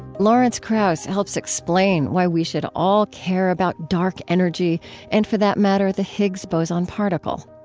lawrence krauss helps explain why we should all care about dark energy and, for that matter, the higgs boson particle.